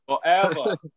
Forever